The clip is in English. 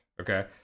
okay